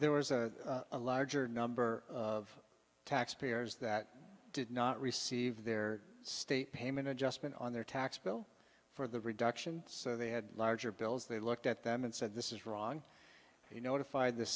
there was a larger number of taxpayers that did not receive their state payment adjustment on their tax bill for the reduction so they had larger bills they looked at them and said this is wrong you notified the